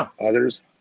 others